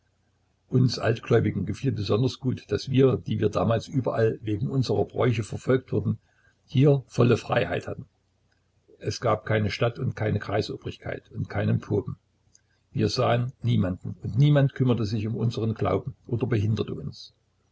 uns altgläubigen gefiel besonders gut daß wir die wir damals sonst überall wegen unserer bräuche verfolgt wurden hier volle freiheit hatten es gab keine stadt und keine kreisobrigkeit und keinen popen wir sahen niemanden und niemand kümmerte sich um unseren glauben oder behinderte uns